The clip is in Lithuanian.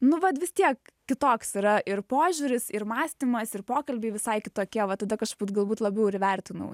nu vat vis tiek kitoks yra ir požiūris ir mąstymas ir pokalbiai visai kitokie vat tada kažkur galbūt labiau ir įvertinau